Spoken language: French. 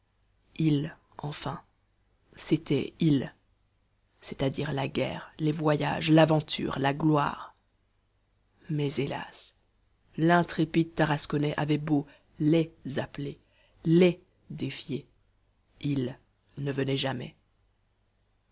ils enfin c'était ils c'est-à-dire la guerre les voyages l'aventure la gloire mais hélas i'intrépide tarasconnais avait beau les appeler les défier ils ne venaient jamais